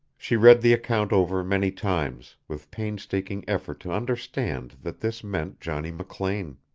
she read the account over many times, with painstaking effort to understand that this meant johnny mclean.